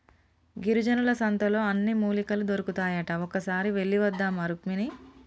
గిరిజనుల సంతలో అన్ని మూలికలు దొరుకుతాయట ఒక్కసారి వెళ్ళివద్దామా రుక్మిణి